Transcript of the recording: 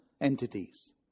entities